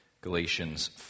Galatians